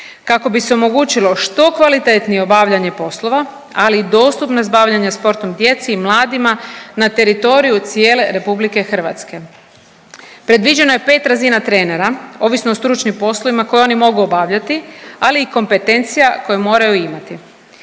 kako bi se omogućilo što kvalitetnije obavljanje poslova, ali i dostupnost bavljenja sportom djece i mladima na teritoriju cijele Republike Hrvatske. Predviđeno je pet razina trenera ovisno o stručnim poslovima koje oni mogu obavljati, ali i kompetencija koje moraju imati.